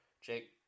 Jake